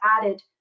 added